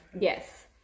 yes